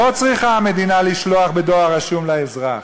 לא צריכה המדינה לשלוח בדואר רשום לאזרח.